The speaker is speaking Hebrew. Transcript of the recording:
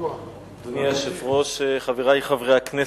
אדוני היושב-ראש, חברי חברי הכנסת,